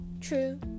True